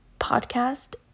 podcast